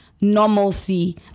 normalcy